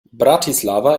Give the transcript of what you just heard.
bratislava